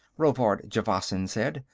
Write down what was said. rovard javasan said.